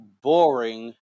boring